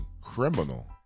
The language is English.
criminal